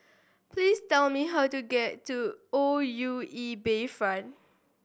please tell me how to get to O U E Bayfront